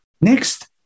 Next